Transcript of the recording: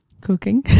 Cooking